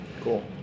Cool